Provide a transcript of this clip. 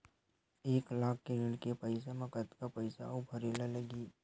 एक लाख के ऋण के पईसा म कतका पईसा आऊ भरे ला लगही?